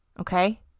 Okay